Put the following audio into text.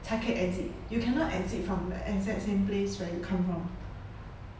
才可以 exit you cannot exit from the exact same place where you come from